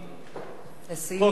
לסיום.